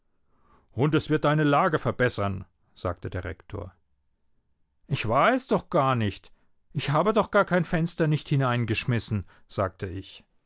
und es wird deine lage verbessern sagte der rektor ich war es doch gar nicht ich habe doch gar kein fenster nicht hineingeschmissen sagte ich